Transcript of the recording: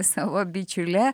savo bičiule